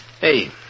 Hey